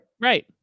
Right